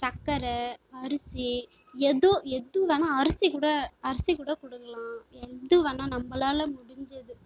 சக்கரை அரிசி ஏதோ எது வேணா அரிசி கூட அரிசி கூட கொடுக்குலாம் எது வேணா நம்மளால முடிஞ்சது